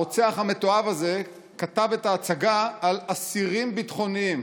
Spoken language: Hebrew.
הרוצח המתועב הזה כתב את ההצגה על "אסירים ביטחוניים",